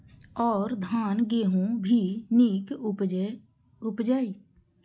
और धान गेहूँ भी निक उपजे ईय?